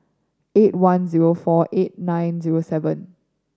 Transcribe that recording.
eight one zero four eight nine zero seven